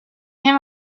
him